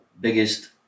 biggest